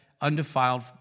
undefiled